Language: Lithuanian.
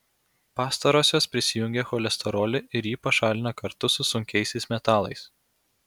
pastarosios prisijungia cholesterolį ir jį pašalina kartu su sunkiaisiais metalais